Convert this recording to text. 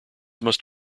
must